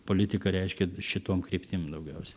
politiką reiškia šitom kryptim daugiausia